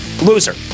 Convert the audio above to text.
Loser